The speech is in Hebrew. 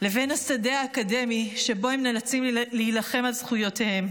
לבין השדה האקדמי שבו הם נאלצים להילחם על זכויותיהם.